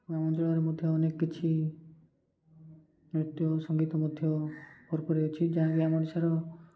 ଗ୍ରାମାଞ୍ଚଳରେ ମଧ୍ୟ ଅନେକ କିଛି ନୃତ୍ୟ ସଙ୍ଗୀତ ମଧ୍ୟ ଭରପୁର ଅଛି ଯାହାକି ଆମ ଓଡ଼ିଶାର